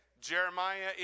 Jeremiah